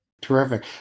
Terrific